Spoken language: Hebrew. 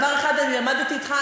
אם דבר אחד אני למדתי אתך,